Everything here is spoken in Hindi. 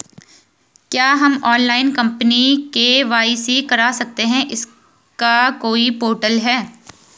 क्या हम ऑनलाइन अपनी के.वाई.सी करा सकते हैं इसका कोई पोर्टल है?